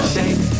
Shake